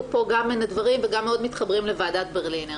פה גם מן הדברים וגם מאוד מתחברים לוועדת ברלינר.